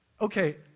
okay